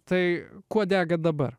tai kuo dega dabar